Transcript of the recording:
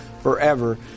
forever